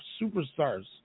Superstars